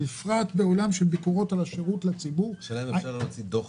בפרט בעולם של ביקורות על השירות לציבור -- השאלה אם אפשר להוציא דוח